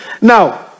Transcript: Now